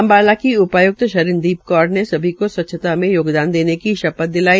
अम्बाला की उपाय्कत शरण्दीप कौर ने सभी को स्वच्छत में योगादान देने की शपथ दिलाई